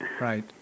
Right